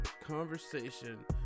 conversation